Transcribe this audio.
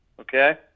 okay